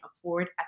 afford